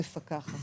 על משהו ממוקד יותר.